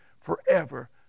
forever